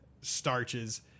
starches